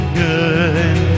good